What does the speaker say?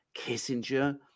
kissinger